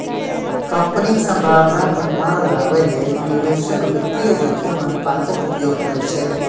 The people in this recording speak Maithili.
कंपनीक संभावनाक अनुमान लगाबै लेल निवेशक वित्तीय जोखिम अनुपातक उपयोग करै छै